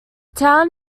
town